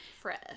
fresh